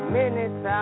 minutes